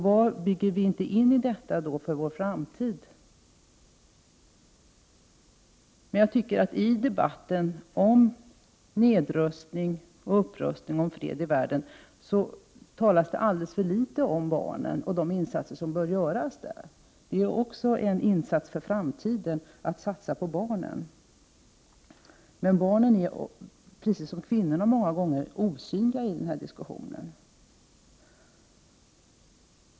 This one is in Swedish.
Vad bygger vi med detta inte in i vår framtid? I debatten om nedrustning och upprustning, om fred i världen, talas det alldeles för litet om barnen och de insatser som där bör göras. Att satsa på barnen är också en insats för framtiden. Men barnen är, precis som kvinnorna många gånger, osynliga i den diskussionen.